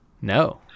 No